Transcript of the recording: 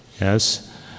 yes